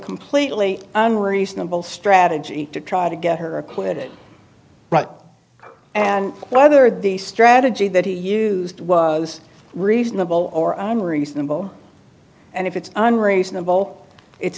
completely unreasonable strategy to try to get her acquitted right and whether the strategy that he used was reasonable or unreasonable and if it's unreasonable it's